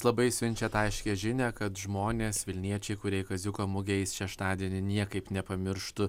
labai siunčiat aiškią žinią kad žmonės vilniečiai kurie į kaziuko mugę eis šeštadienį niekaip nepamirštų